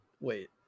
Wait